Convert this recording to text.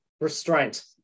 restraint